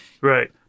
right